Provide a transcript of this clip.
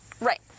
Right